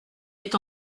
est